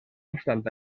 obstant